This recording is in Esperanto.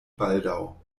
baldaŭ